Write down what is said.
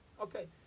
Okay